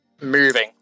moving